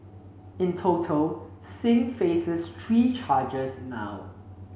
in total Singh faces three charges now